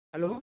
hello